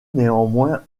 néanmoins